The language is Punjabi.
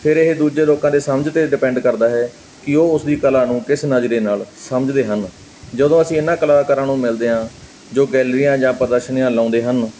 ਫਿਰ ਇਹ ਦੂਜੇ ਲੋਕਾਂ ਦੀ ਸਮਝ 'ਤੇ ਡਿਪੈਂਡ ਕਰਦਾ ਹੈ ਕਿ ਉਹ ਉਸ ਦੀ ਕਲਾ ਨੂੰ ਕਿਸ ਨਜ਼ਰੀਏ ਨਾਲ ਸਮਝਦੇ ਹਨ ਜਦੋਂ ਅਸੀਂ ਇਹਨਾਂ ਕਲਾਕਾਰਾਂ ਨੂੰ ਮਿਲਦੇ ਹਾਂ ਜੋ ਗੈਲਰੀਆਂ ਜਾਂ ਪ੍ਰਦਰਸ਼ਨੀਆਂ ਲਗਾਉਂਦੇ ਹਨ